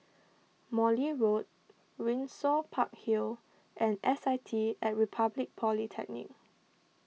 Morley Road Windsor Park Hill and S I T at Republic Polytechnic